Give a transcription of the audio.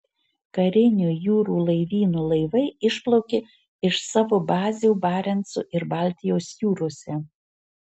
karinio jūrų laivyno laivai išplaukė iš savo bazių barenco ir baltijos jūrose